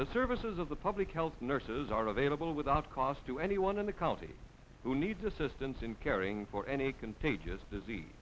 the services of the public health nurses are available without cost to anyone in the county who needs assistance in caring for any contagious disease